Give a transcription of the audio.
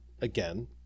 again